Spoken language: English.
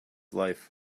life